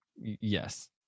yes